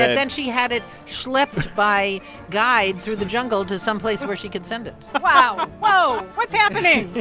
and then she had it schlepped by guide through the jungle to someplace where she could send it wow. whoa. what's happening?